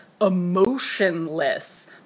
emotionless